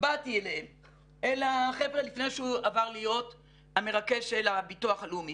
באתי לחבר'ה לפני שהוא עבר להיות המרכז של הביטוח הלאומי